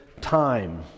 time